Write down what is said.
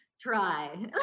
try